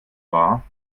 wahr